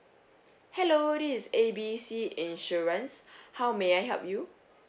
hello this is A B C insurance how may I help you